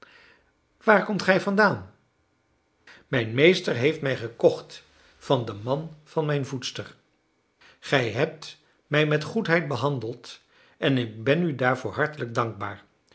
waar komt gij vandaan mijn meester heeft mij gekocht van den man van mijn voedster gij hebt mij met goedheid behandeld en ik ben u daarvoor hartelijk dankbaar